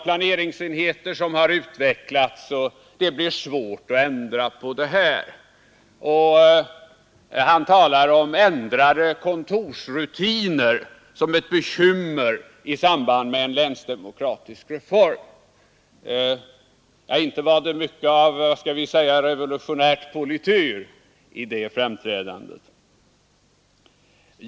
Det har utvecklats planeringsenheter och ändrade kontorsrutiner som skulle vara ett bekymmer i samband med en länsdemokratisk reform. Inte var det mycket av revolutionär polityr över det framträdandet.